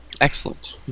excellent